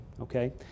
Okay